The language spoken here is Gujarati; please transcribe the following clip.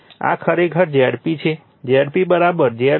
આ ખરેખર Zp છે Zp ZΔ